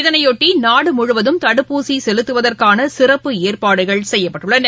இதனையொட்டிநாடுமுழுவதும் தடுப்பூசிசெலுத்துவதற்கானசிறப்பு ஏற்பாடுகள் செய்யப்பட்டுள்ளன